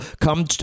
come